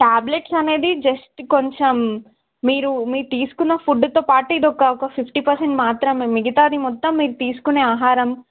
tablets అనేది just కొంచెం మీరు మీరు తీసుకున్న ఫుడ్తో పాటు ఇదొక ఒక ఫిఫ్టీ పర్సెంట్ మాత్రమే మిగతాది మొత్తం మీరు తీసుకునే ఆహారం